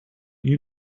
you